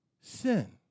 sin